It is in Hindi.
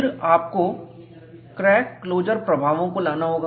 फिर आपको क्रैक क्लोजर प्रभावों को लाना होगा